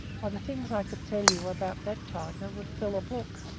why, the things i could tell you about that tiger would fill a book.